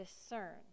Discern